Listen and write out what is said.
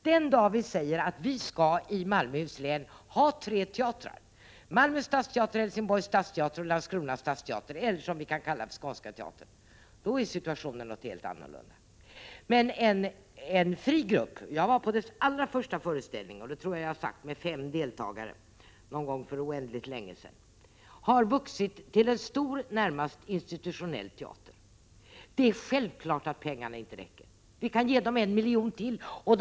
Den dag vi säger att vi i Malmöhus län skall ha tre teatrar, Malmö stadsteater, Helsingborgs stadsteater och Landskrona stadsteater, vilken vi även kallar Skånska teatern, är situationen helt annorlunda. Jag var på Skånska teaterns allra första föreställning, med fem deltagare, för oändligt länge sedan. Denna teater har vuxit till en stor, närmast institutionell teater. Det är självklart att pengarna inte räcker. Vi kan ge teatern 1 milj.kr. till.